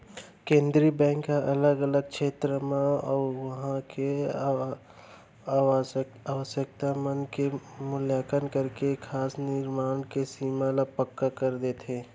केंद्रीय बेंक ह अलग अलग छेत्र बर उहाँ के आवासकता मन के मुल्याकंन करके साख निरमान के सीमा ल पक्का कर देथे